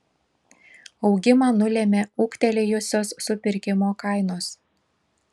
augimą nulėmė ūgtelėjusios supirkimo kainos